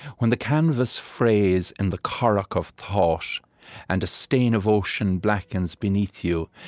when the canvas frays in the curragh of thought and a stain of ocean blackens beneath you,